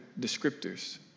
descriptors